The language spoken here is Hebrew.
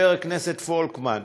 חבר הכנסת פולקמן,